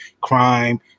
crime